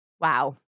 Wow